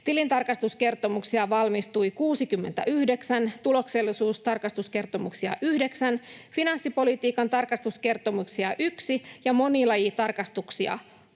tilintarkastuskertomuksia valmistui 69, tuloksellisuustarkastuskertomuksia 9, finanssipolitiikan tarkastuskertomuksia 1 ja monilajitarkastuksia 2.